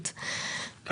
כיוון שאת אומרת